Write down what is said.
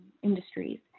industries